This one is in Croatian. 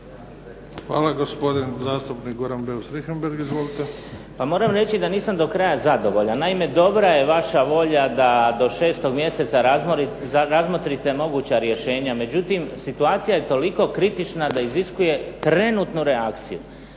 Hvala. Gospodin zastupnik Goran Beus Richembergh. Izvolite. **Beus Richembergh, Goran (HNS)** Pa moram reći da nisam do kraja zadovoljan. Naime, dobra je vaša volja da do šestog mjeseca razmotrite moguća rješenja, međutim situacija je toliko kritična da iziskuje trenutnu reakciju.